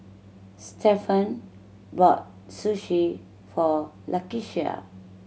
Stephen bought Sushi for Lakeisha